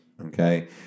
Okay